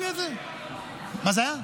גם במליאה.